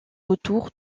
autour